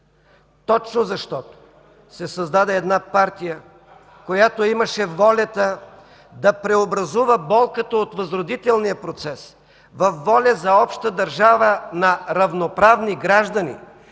Точно защото се създаде една партия (шум и реплики), която имаше волята да преобразува болката от възродителния процес във воля за обща държава на равноправни граждани.